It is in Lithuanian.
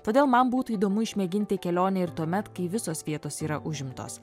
todėl man būtų įdomu išmėginti kelionę ir tuomet kai visos vietos yra užimtos